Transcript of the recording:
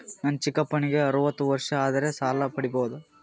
ನನ್ನ ಚಿಕ್ಕಪ್ಪನಿಗೆ ಅರವತ್ತು ವರ್ಷ ಆದರೆ ಸಾಲ ಪಡಿಬೋದ?